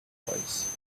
voice